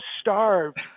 starved